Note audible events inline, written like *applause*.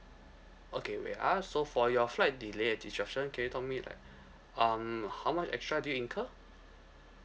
okay wait ah so for your flight delay and disruption can you talk me like *breath* um how much extra did you incur